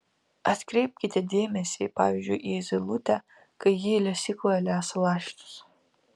atkreipkite dėmesį pavyzdžiui į zylutę kai ji lesykloje lesa lašinius